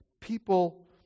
people